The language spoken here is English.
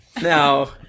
Now